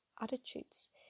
attitudes